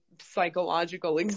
psychological